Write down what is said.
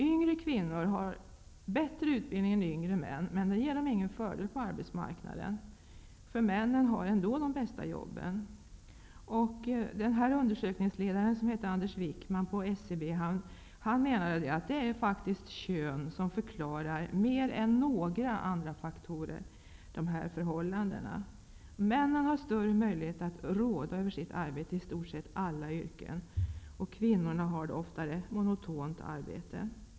Yngre kvinnor har bättre utbildning än yngre män, men det ger kvinnorna ingen fördel på arbetsmarknaden. Männen har ändå de bästa jobben. Undersökningsledaren Anders Wikman på SCB menade att det är könsfaktorn som mer än några andra faktorer förklarar de här förhållandena. Männen har större möjlighet att råda över sitt arbete i stort sett inom alla yrken, medan kvinnorna oftare har ett monotont arbete.